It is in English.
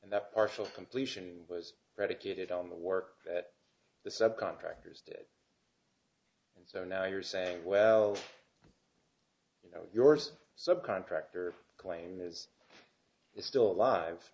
and that partial completion was predicated on the work that the subcontractors did and so now you're saying well you know yours subcontractor claim is still alive